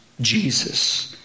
Jesus